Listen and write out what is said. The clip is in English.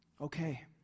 Okay